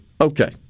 okay